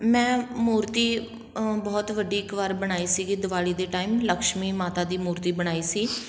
ਮੈਂ ਮੂਰਤੀ ਬਹੁਤ ਵੱਡੀ ਇੱਕ ਵਾਰ ਬਣਾਈ ਸੀਗੀ ਦਿਵਾਲੀ ਦੇ ਟਾਈਮ ਲਕਸ਼ਮੀ ਮਾਤਾ ਦੀ ਮੂਰਤੀ ਬਣਾਈ ਸੀ